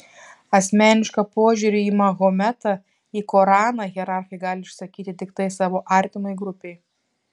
asmenišką požiūrį į mahometą į koraną hierarchai gali išsakyti tiktai savo artimai grupei